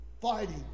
Fighting